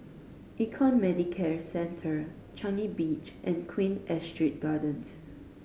Econ Medicare Centre Changi Beach and Queen Astrid Gardens